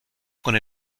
con